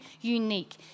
unique